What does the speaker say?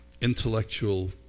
intellectual